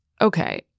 Okay